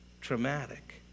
traumatic